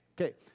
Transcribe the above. Okay